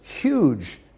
huge